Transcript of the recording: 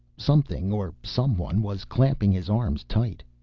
something, or someone, was clamping his arms tight.